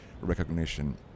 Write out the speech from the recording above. recognition